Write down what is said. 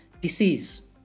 disease